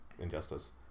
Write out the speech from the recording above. Injustice